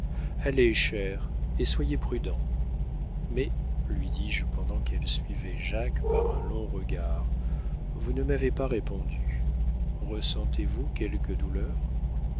allez cher et soyez prudent mais lui dis-je pendant qu'elle suivait jacques par un long regard vous ne m'avez pas répondu ressentez vous quelques douleurs